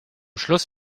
schluss